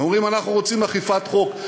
ואומרים: אנחנו רוצים אכיפת חוק.